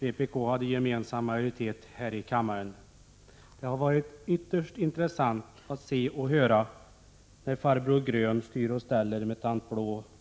vpk hade gemensam majoritet här i kammaren. Det har varit ytterst intressant att se och höra hur farbror Grön styr och ställer med tanterna Blå.